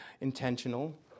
intentional